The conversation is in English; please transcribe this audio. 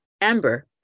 Amber